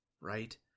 right